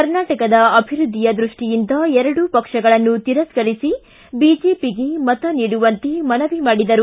ಕರ್ನಾಟಕದ ಅಭಿವೃದ್ಧಿಯ ದೃಷ್ಟಿಯಿಂದ ಎರಡೂ ಪಕ್ಷಗಳನ್ನು ತಿರಸ್ಕರಿಸಿ ಬಿಜೆಪಿಗೆ ಮತ ನೀಡುವಂತೆ ಮನವಿ ಮಾಡಿದರು